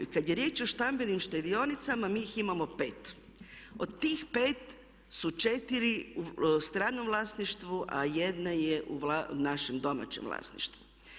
I kada je riječ o stambenih štedionicama mi ih imamo 5. Od tih 5 su 4 u stranom vlasništvu a jedna je u našem domaćem vlasništvu.